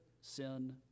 sin